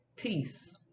peace